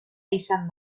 izan